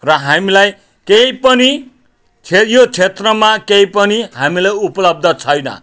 र हामीलाई केही पनि छैन यो क्षेत्रमा केही पनि हामीलाई उपलब्ध छैन